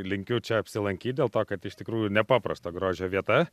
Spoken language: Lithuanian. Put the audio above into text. linkiu čia apsilankyt dėl to kad iš tikrųjų nepaprasto grožio vieta